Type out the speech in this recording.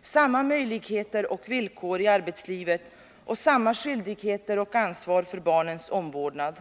samma möjligheter och villkor i arbetslivet och samma skyldigheter och ansvar för barnens omvårdnad.